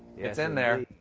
it's in there.